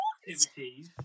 activities